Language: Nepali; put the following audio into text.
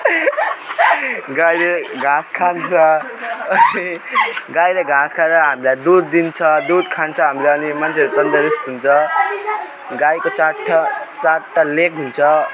गाईले घाँस खान्छ अनि गाईले घाँस खाएर हामीलाई दुध दिन्छ दुध खान्छ हामीले अनि मान्छेहरू तन्दुरुस्त हुन्छ गाईको चारवटा चारवटा लेग हुन्छ